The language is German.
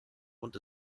und